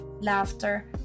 laughter